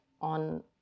on